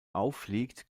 auffliegt